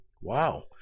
wow